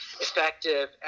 effective